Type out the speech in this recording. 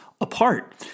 apart